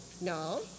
No